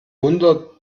wunder